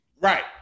Right